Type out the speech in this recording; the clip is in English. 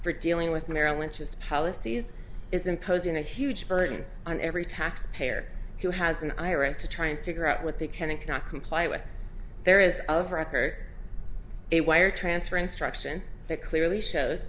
for dealing with merrill lynch's policies is imposing a huge burden on every taxpayer who has an ira to try and figure out what they can and cannot comply with there is of record a wire transfer instruction that clearly shows